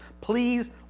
Please